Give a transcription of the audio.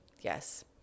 Yes